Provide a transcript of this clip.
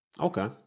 Okay